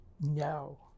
No